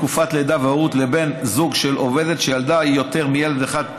תקופת לידה והורות לבן זוג של עובדת שילדה יותר מילד אחד),